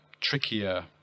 trickier